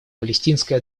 палестинской